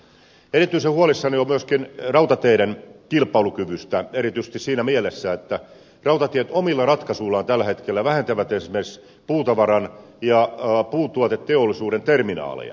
erityisen huolissani olen myöskin rautateiden kilpailukyvystä erityisesti siinä mielessä että rautatiet omilla ratkaisuillaan tällä hetkellä vähentävät esimerkiksi puutavaran ja puutuoteteollisuuden terminaaleja